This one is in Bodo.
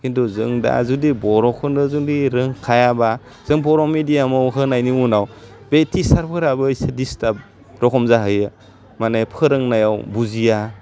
खिन्थु जों दा जुदि बर'खोनो जुदि रोंखायाबा जों बर' मिडियामाव होनायनि उनाव बे टिसारफोराबो इसे दिसथाब दखम जाहोयो माने फोरोंनायाव बुजिया